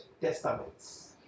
testaments